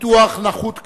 ביטוח נכות כללית,